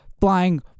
flying